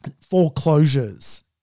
Foreclosures